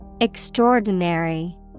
Extraordinary